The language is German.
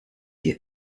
dir